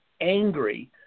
angry